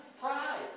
pride